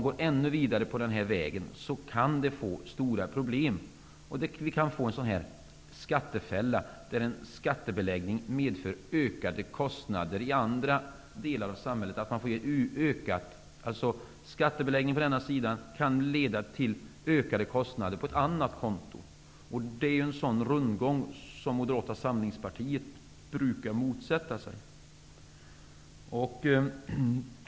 Går man vidare på den här vägen kan det innebära stora problem. Vi kan få en skattefälla, där skattebeläggningen innebär ökade kostnader i andra delar av samhället. Skattebeläggning på detta kan leda till ökade kostnader på ett annat konto. Det är en sådan rundgång som Moderata samlingspartiet brukar motsätta sig.